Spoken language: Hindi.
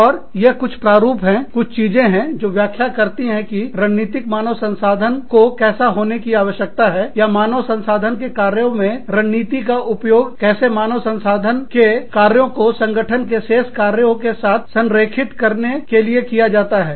और ये कुछ प्रारूप है कुछ चीजें हैं जो व्याख्या करती हैं कि रणनीतिक मानव संसाधन को कैसा होने की आवश्यकता है या मानव संसाधन के कार्यों में रणनीति का उपयोग कैसे मानव संसाधन के कार्यों को संगठन के शेष कार्यों के साथ संरेखित करने के लिए किया जा सकता है